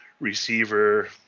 receiver